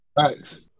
Thanks